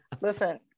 Listen